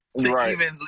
Right